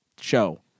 show